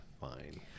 fine